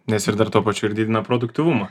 nes ir dar tuo pačiu ir didina produktyvumą